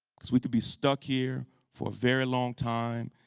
because we could be stuck here for a very long time.